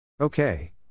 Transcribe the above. Okay